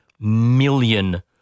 million